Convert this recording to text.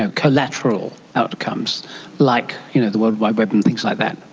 ah collateral outcomes like you know the world wide web and things like that?